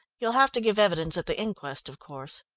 you'll have to give evidence at the inquest of course.